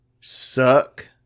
suck